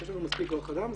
יש לנו מספיק כוח אדם.